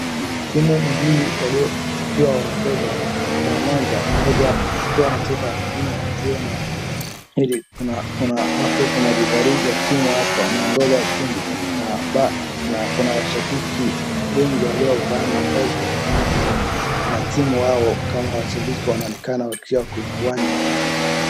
Timu mbili wakiwa wanacheza kwa uwanja, mmoja akiwa anatupa mwengine alafu kuna referee wa timu hapa anaongoza timu na kuna washabiki wengi waliovaa mavazi na timu wao kama mashabiki wanaonekana wakiwa kwenye uwanja.